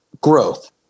growth